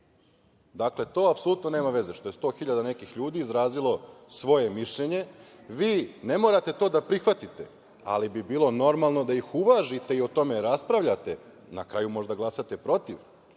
to apsolutno nema veze što je 100 hiljada nekih ljudi izrazilo svoje mišljenje. Vi ne morate to da prihvatite, ali bi bilo normalno to da ih uvažite i o tome raspravljate. Na kraju, možda glasate protiv,